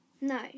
No